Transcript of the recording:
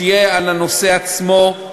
שיהיה על הנושא עצמו,